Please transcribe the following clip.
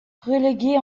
relégué